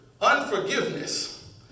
Unforgiveness